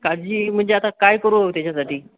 काळजी म्हणजे आता काय करू त्याच्यासाठी